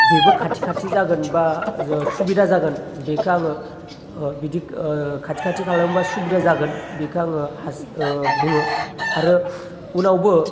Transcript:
बेबो खाथि खाथि जागोन बा सुबिदा जागोन बेखौ आङो बिदि खाथि खाथि खालायाव मोनबा सुबिदा जागोन बेखौ आङो बुङो आरो उनावबो